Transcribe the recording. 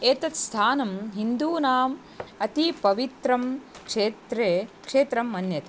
एतत् स्थानं हिन्दुनाम् अति पवित्रं क्षेत्रं क्षेत्रं मन्यते